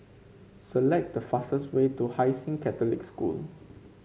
select the fastest way to Hai Sing Catholic School